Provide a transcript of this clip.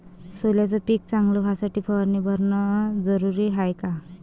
सोल्याचं पिक चांगलं व्हासाठी फवारणी भरनं जरुरी हाये का?